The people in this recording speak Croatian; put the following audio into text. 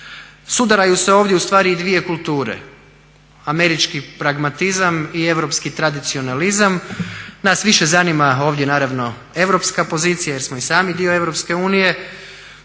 Sudaraju se ovdje ustvari i dvije kulture, američki pragmatizam i europski tradicionalizam. Nas više zanima ovdje naravno europska pozicija jer smo i sami dio EU.